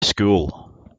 school